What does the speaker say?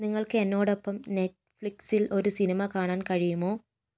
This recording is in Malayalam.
നിങ്ങൾക്ക് എന്നോടൊപ്പം നെറ്റ്ഫ്ലിക്സിൽ ഒരു സിനിമ കാണാൻ കഴിയുമോ